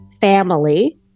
family